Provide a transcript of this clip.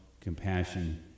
compassion